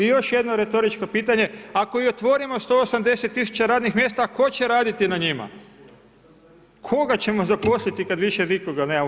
I još jedna retoričko pitanje, ako i otvorimo 180 tisuća radnih mjesta tko će raditi na njima, koga ćemo zaposliti kada više nikoga nemamo?